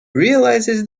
realises